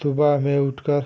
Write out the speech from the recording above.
सुबह में उठकर